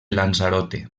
lanzarote